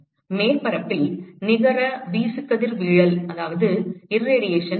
மேற்பரப்பில் நிகர வீசுகதிர்வீழல் என்ன